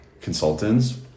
Consultants